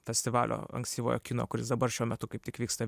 festivalio ankstyvojo kino kuris dabar šiuo metu kaip tik vyksta